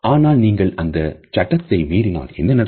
ஆனால் நீங்கள் அந்தச் சட்டத்தை மீறினால் என்ன நடக்கும்